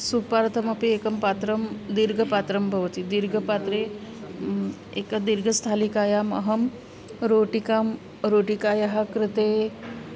सूपार्थमपि एकं पात्रं दीर्घपात्रं भवति दीर्घपात्रे एकदीर्घस्थालिकायाम् अहं रोटिकां रोटिकायाः कृते